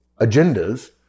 agendas